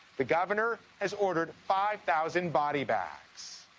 the governor has ordered five thousand body bags.